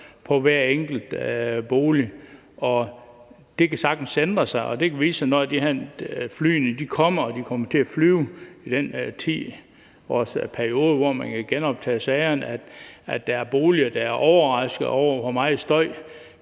på hver enkelt bolig. Det kan sagtens ændre sig, og det kan vise sig, når de her fly kommer og kommer til at flyve i den periode, hvor man kan genoptage sagerne, at der er boligejere, der er overraskede over, hvor meget støj